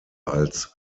als